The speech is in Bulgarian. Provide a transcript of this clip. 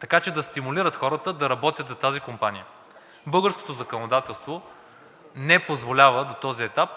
така че да стимулират хората да работят за тази компания. Българското законодателство не позволява до този етап